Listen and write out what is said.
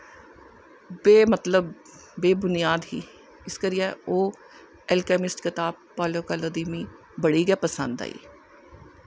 बे मतलब बे बुनियाद ही इस करियै ओह् ऐलकमिस कताब पालोकालो दी मीं बड़ी गै पसंद आई